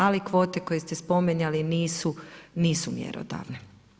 Ali kvote koje ste spominjali nisu mjerodavne.